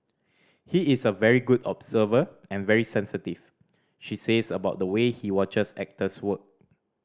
he is a very good observer and very sensitive she says about the way he watches actors work